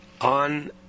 On